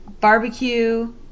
barbecue